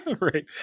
Right